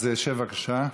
אז שב בבקשה.